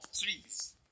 trees